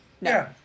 No